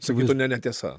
sakytų ne netiesa